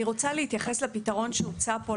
אני רוצה להתייחס לפתרון שהוצע פה,